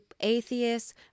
atheists